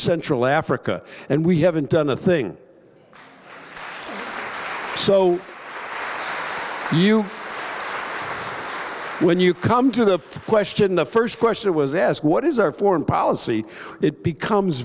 central africa and we haven't done a thing so you when you come to the question the first question was asked what is our foreign policy it becomes